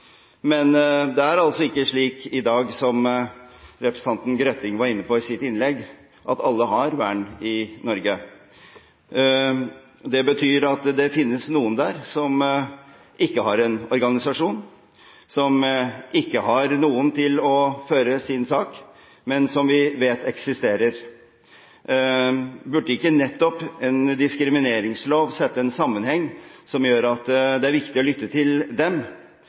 Men det er altså ikke slik i dag, som representanten Grøtting var inne på i sitt innlegg, at alle har vern i Norge. Det betyr at det finnes noen der, som ikke har en organisasjon, som ikke har noen til å føre sin sak, men som vi vet eksisterer. Burde ikke nettopp en diskrimineringslov settes i en sammenheng som gjør at det er viktig å lytte til dem?